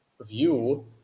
view